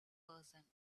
person